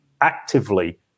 actively